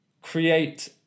create